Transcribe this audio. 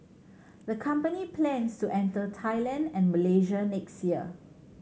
the company plans to enter Thailand and Malaysia next year